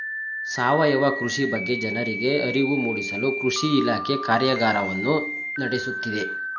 ಸಾವಯವ ಕೃಷಿ ಬಗ್ಗೆ ಜನರಿಗೆ ಅರಿವು ಮೂಡಿಸಲು ಕೃಷಿ ಇಲಾಖೆ ಕಾರ್ಯಗಾರವನ್ನು ನಡೆಸುತ್ತಿದೆ